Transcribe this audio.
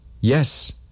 Yes